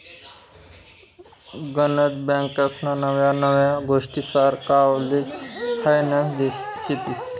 गनज बँकास्ना नव्या नव्या गोष्टी सरवासले फायद्यान्या शेतीस